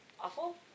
awful